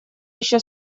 еще